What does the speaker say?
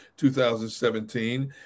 2017